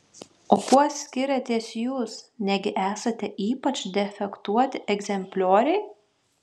o kuo skiriatės jūs negi esate ypač defektuoti egzemplioriai